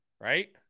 right